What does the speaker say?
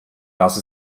dass